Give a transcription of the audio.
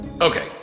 Okay